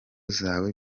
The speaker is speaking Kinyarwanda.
zawe